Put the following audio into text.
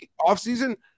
offseason